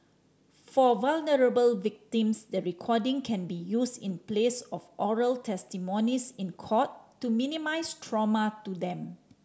for vulnerable victims that the recording can be used in place of oral testimonies in court to minimise trauma to them